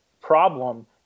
problem